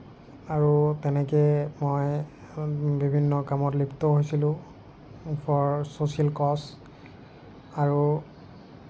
আৰু তেনেকৈ মই বিভিন্ন কামত লিপ্তও হৈছিলোঁ ফৰ ছ'চিয়েল কজ আৰু